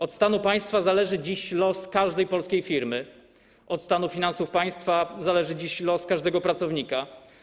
Od stanu państwa zależy dziś los każdej polskiej firmy, od stanu finansów państwa zależy dziś los każdego pracownika.